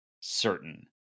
Certain